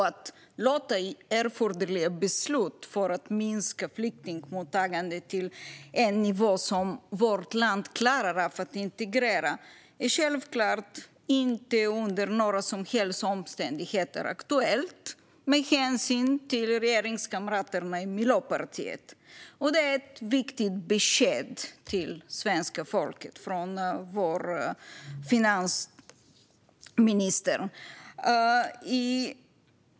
Att fatta erforderliga beslut om att minska flyktingmottagandet till en nivå som vårt land klarar av att integrera är självklart inte under några som helst omständigheter aktuellt med hänsyn till regeringskamraterna i Miljöpartiet. Det är ett viktigt besked till svenska folket från vår finansminister.